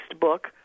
book